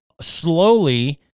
slowly